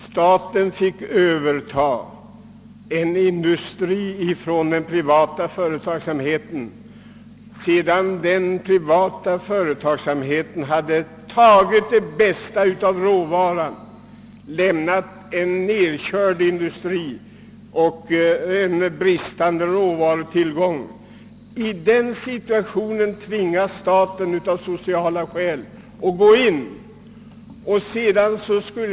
Staten fick överta industrin från den privata företagsamheten sedan denna tagit det bästa av råvaran, lämnat en nedkörd industri och skapat brist på råvara. I den situationen tvingades staten att ingripa av sociala skäl.